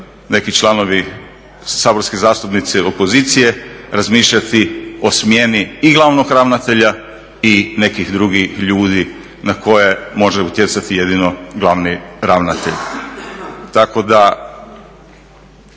neki članovi saborski zastupnici opozicije, razmišljati o smjeni i glavnog ravnatelja i nekih drugih ljudi na koje može utjecati jedino glavni ravnatelj. Tako da